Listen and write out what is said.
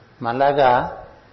Malaga